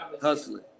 hustling